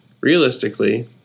Realistically